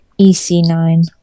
EC9